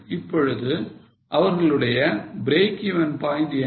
இப்பொழுது அவர்களுடைய breakeven point என்ன